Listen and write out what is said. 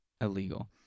illegal